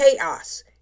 chaos